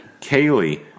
Kaylee